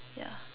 ya